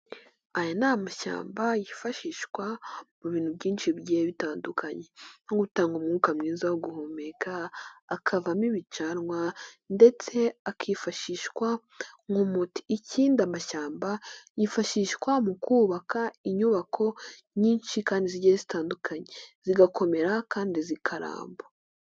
Aya ni amashyamba yifashishwa mu bintu byinshi bigiye bitandukanye nko gutanga umwuka mwiza wo guhumeka, akavamo ibicanwa ndetse akifashishwa nk'umuti, ikindi amashyamba yifashishwa mu kubaka inyubako nyinshi kandi zigiye zitandukanye, zigakomera kandi zikaramba.